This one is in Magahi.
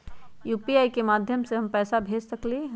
यू.पी.आई के माध्यम से हम पैसा भेज सकलियै ह?